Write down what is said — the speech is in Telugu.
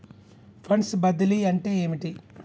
ఫండ్స్ బదిలీ అంటే ఏమిటి?